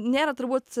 nėra turbūt